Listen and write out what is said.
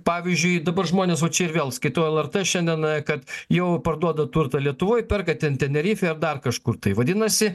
pavyzdžiui dabar žmonės vat čia ir vėl skaitau lrt šiandien kad jau parduoda turtą lietuvoj perka ten tenerifėj ar dar kažkur tai vadinasi